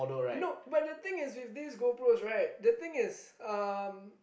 no but the thing is with these go pros right the thing is um